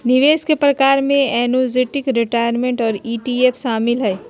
निवेश के प्रकार में एन्नुटीज, रिटायरमेंट और ई.टी.एफ शामिल हय